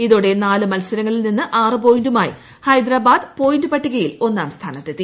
ഇതോടെ നാല് മൽസരങ്ങളിൽ നിന്ന് ആറ് പോയിന്റുമായി ഹൈദരാബാദ് പോയിന്റ് പട്ടികയിൽ ഒന്നാം സ്ഥാനത്തെത്തി